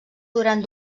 durant